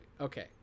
Okay